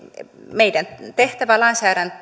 meidän tehtävämme